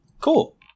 Cool